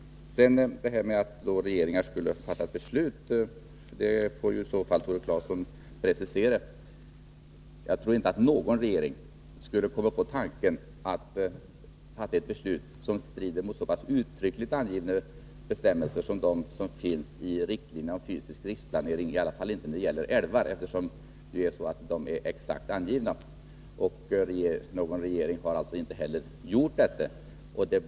Talet om att regeringar skulle ha fattat beslut mot gällande bestämmelser får Tore Claeson lov att precisera. Jag tror inte att någon regering skulle komma på tanken att fatta ett beslut som strider mot så pass uttryckligt angivna bestämmelser som dem som finns i riktlinjerna om fysisk riksplanering, i varje fall inte när det gäller älvar eftersom bestämmelserna för dem är exakt angivna. Ingen regering har heller gjort något sådant.